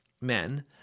men